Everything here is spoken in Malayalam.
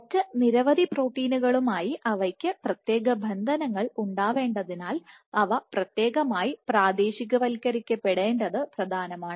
മറ്റ് നിരവധി പ്രോട്ടീനുകളുമായി അവയ്ക്ക് പ്രത്യേക ബന്ധനങ്ങൾ ഉണ്ടാവേണ്ടതിനാൽ അവ പ്രത്യേകമായി പ്രാദേശികവൽക്കരിക്കപ്പെട്ടിരിക്കേണ്ടത് പ്രധാനമാണ്